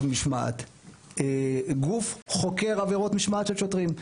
המשמעת גוף חוקר עבירות משמעת של שוטרים.